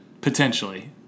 potentially